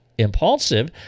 impulsive